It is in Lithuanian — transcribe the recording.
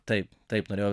taip taip norėjau